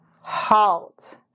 halt